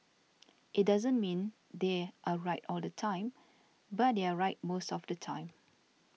it doesn't mean they are right all the time but they are right most of the time